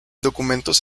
documentos